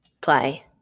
play